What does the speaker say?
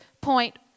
point